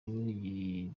rurimi